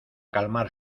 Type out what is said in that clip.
calmar